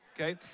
okay